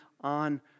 on